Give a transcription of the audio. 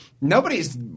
nobody's –